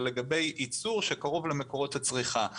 לגבי ייצור שקרוב למקורות הצריכה.